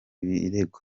birego